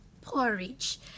porridge